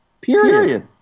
Period